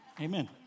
Amen